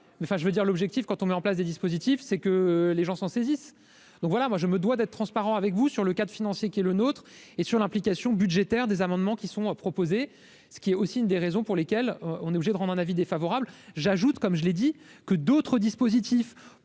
enfin je veux dire l'objectif quand on met en place des dispositifs, c'est que les gens s'en saisisse, donc voilà, moi, je me dois d'être transparent avec vous sur le cas de financer, qui est le nôtre et sur l'implication budgétaire, des amendements qui sont proposés, ce qui est aussi une des raisons pour lesquelles on est obligé de rendre un avis défavorable. J'ajoute, comme je l'ai dit que d'autres dispositifs